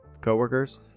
coworkers